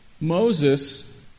Moses